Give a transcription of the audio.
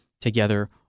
together